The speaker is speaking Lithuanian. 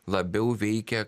labiau veikia